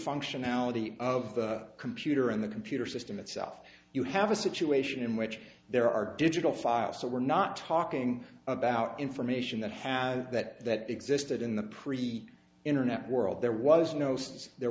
functionality of the computer in the computer system itself you have a situation in which there are digital files so we're not talking about information that have that existed in the pre internet world there was no